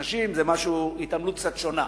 נשים, זו התעמלות קצת שונה.